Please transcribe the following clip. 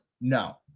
No